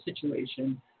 situation